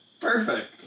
Perfect